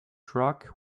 truck